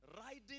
riding